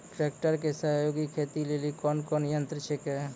Tractor के सहयोगी खेती लेली कोन कोन यंत्र छेकै?